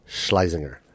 Schleisinger